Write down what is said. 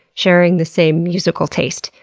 sharing the same musical taste.